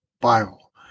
Bible